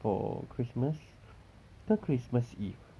for christmas ke christmas eve